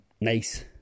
nice